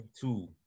two